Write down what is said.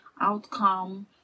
outcome